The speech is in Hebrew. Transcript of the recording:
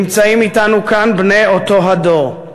נמצאים אתנו כאן בני אותו הדור,